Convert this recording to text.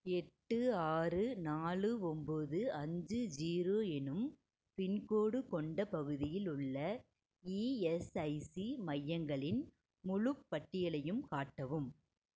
எட்டு ஆறு நாலு ஒம்பது அஞ்சு ஜீரோ எனும் பின்கோட் கொண்ட பகுதியில் உள்ள இஎஸ்ஐசி மையங்களின் முழுப் பட்டியலையும் காட்டவும்